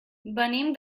venim